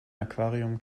aquarium